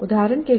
उदाहरण के लिए